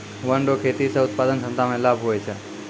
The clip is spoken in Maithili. वन रो खेती से उत्पादन क्षमता मे लाभ हुवै छै